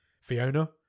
fiona